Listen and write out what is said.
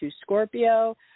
Scorpio